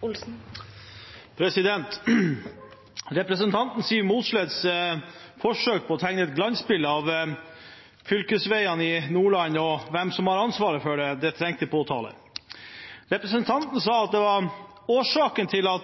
prosjektet. Representanten Siv Mossleths forsøk på å tegne et glansbilde av fylkesveiene i Nordland og hvem som har ansvaret for dem, trenger påtale. Representanten sa at årsaken til at